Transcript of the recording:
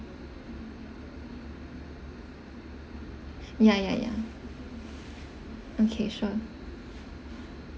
ya ya ya okay sure